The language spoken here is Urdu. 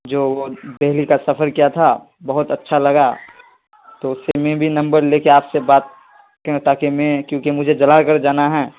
جو وہ دلی کا سفر کیا تھا بہت اچھا لگا تو اس سے میں بھی نمبر لے کے آپ سے بات کہتا کہ میں کیونکہ مجھے جلال گڑھ جانا ہے